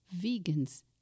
Vegans